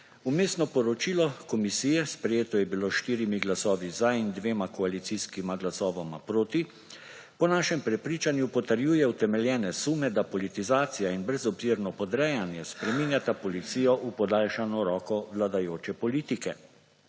Vmesno poročilo komisije, sprejeto je bilo s štirim glasovi za in dvema koalicijskima glasovoma proti, po našem prepričanju potrjuje utemeljene sume, da politizacija in brezobzirno podrejanje spreminjata policijo v podaljšano roko vladajoče politike.